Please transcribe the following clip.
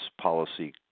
policy